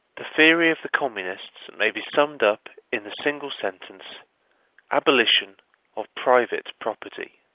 the theory of the communists may be summed up in the single sentence abolition of private property.